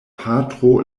patro